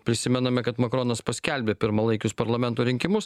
prisimename kad makronas paskelbė pirmalaikius parlamento rinkimus